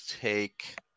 take